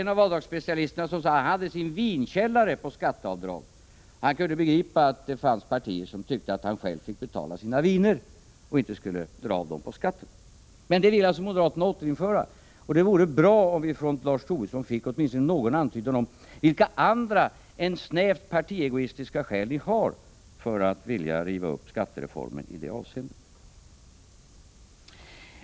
En av avdragsspecialisterna sade att han hade sin vinkällare på skatteavdrag. Han kunde begripa att det finns partier som tycker att han själv bör betala sina viner och inte skall dra av dem på skatten. Men den möjligheten vill alltså moderaterna återinföra, och det vore bra om vi från Lars Tobisson fick åtminstone någon antydan om vilka andra än snävt partiegoistiska skäl ni har för att vilja riva upp skattereformen i det avseendet.